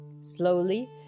Slowly